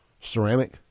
ceramic